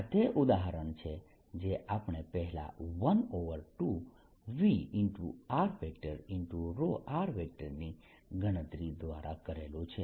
આ તે ઉદાહરણ છે જે આપણે પહેલા 12Vrr ની ગણતરી દ્વારા કરેલું છે